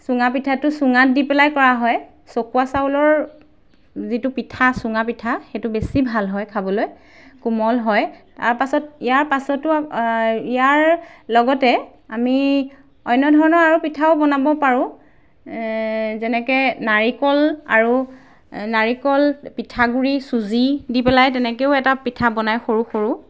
চুঙা পিঠাটো চুঙাত দি পেলাই কৰা হয় চকুৱা চাউলৰ যিটো পিঠা চুঙা পিঠা সেইটো বেছি ভাল হয় খাবলৈ কোমল হয় তাৰপাছত ইয়াৰ পাছতো ইয়াৰ লগতে আমি অন্য ধৰণৰ আৰু পিঠাও বনাব পাৰোঁ যেনেকৈ নাৰিকল আৰু নাৰিকল পিঠাগুড়ি চুজি দি পেলাই তেনেকৈও এটা পিঠা বনাই সৰু সৰু